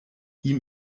ihm